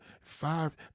five